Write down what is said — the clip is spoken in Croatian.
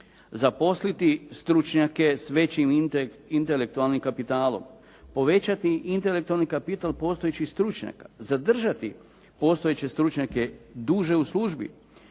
zaposliti stručnjake s većim intelektualnim kapitalom? Povećati intelektualni kapital postojećih stručnjaka, zadržati postojeće stručnjake duže u službi,